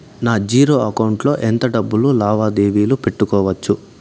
నా zero account లో ఎంత డబ్బులు లావాదేవీలు పెట్టుకోవచ్చు?